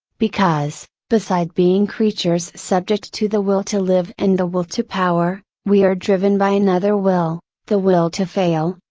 because, beside being creatures subject to the will to live and the will to power, we are driven by another will, the will to fail,